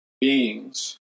beings